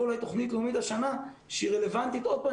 אולי תוכנית לאומית השנה שהיא רלוונטית עוד פעם,